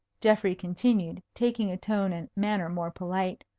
geoffrey continued, taking a tone and manner more polite.